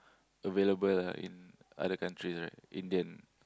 available ah in other countries right Indian